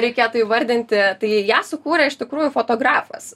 reikėtų įvardinti tai ją sukūrė iš tikrųjų fotografas